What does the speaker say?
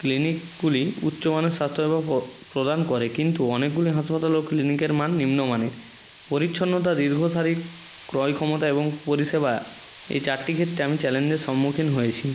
ক্লিনিকগুলি উচ্চমানের স্বাস্থ্যসেবা প্রদান করে কিন্তু অনেকগুলি হাসপাতাল ও ক্লিনিকের মান নিম্নমানের পরিচ্ছনতা দীর্ঘ সারির ক্রয় ক্ষমতা এবং পরিষেবা এই চারটি ক্ষেত্রে আমি চ্যালেঞ্জের সম্মুখীন হয়েছি